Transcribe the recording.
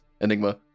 Enigma